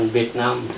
Vietnam